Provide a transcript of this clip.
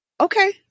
Okay